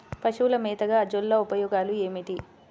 పశువుల మేతగా అజొల్ల ఉపయోగాలు ఏమిటి?